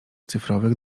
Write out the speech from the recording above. cyfrowych